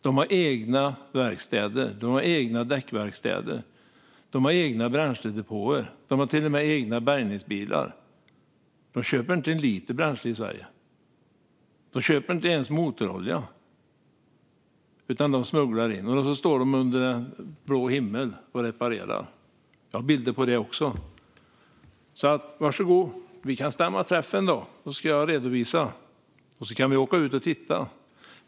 De har egna verkstäder. De har egna däckverkstäder. De har egna bränsledepåer. De har till och med egna bärgningsbilar. De köper inte en liter bränsle i Sverige. De köper inte ens motorolja, utan de smugglar in det. Och de står under bar himmel och reparerar. Jag har bilder på det också. Var så god! Vi kan stämma träff en dag, så att jag kan redovisa. Vi kan också åka ut och titta.